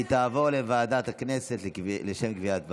היא תעבור לוועדת הכנסת לשם קביעת ועדה.